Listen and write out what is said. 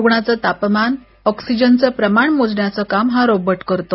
रुग्णाच तापमान ऑक्सिजन च प्रमाण मोजण्याच काम हा रोबोट करतो